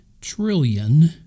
trillion